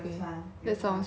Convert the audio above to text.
go swimming also but